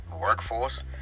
workforce